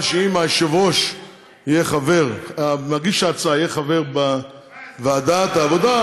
מובן שאם מגיש ההצעה יהיה חבר בוועדת העבודה,